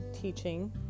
teaching